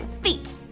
feet